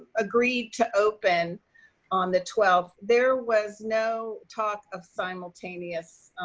agreed to open on the twelfth, there was no talk of simultaneous